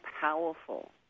powerful